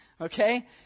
okay